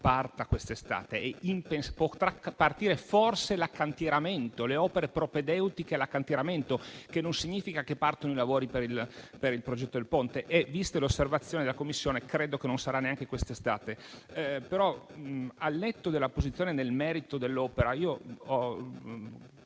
parta quest'estate. Potranno partire, forse, l'accantieramento e le opere propedeutiche all'accantieramento. Ma questo non significa che partano i lavori per il progetto del Ponte. E viste le osservazioni della Commissione, credo che non sarà neanche questa estate. Però, al netto della posizione nel merito dell'opera, io